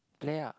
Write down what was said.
play ah